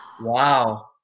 wow